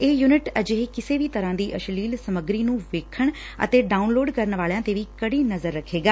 ਇਹ ਯੁਨਿਟ ਅਜਿਹੀ ਕਿਸੇ ਵੀ ਤਰ੍ਪਾ ਦੀ ਅਸ਼ੀਲ ਸਮੱਗਰੀ ਨੂੰ ਵੇਖਣ ਅਤੇ ਡਾਉਨਲੋਡ ਕਰਨ ਵਾਲਿਆਂ ਤੇ ਵੀ ਕਰਤੀ ਨਜ਼ਰ ਰੱਖੇਗਾ